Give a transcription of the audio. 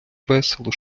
весело